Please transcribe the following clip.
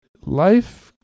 life